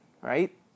right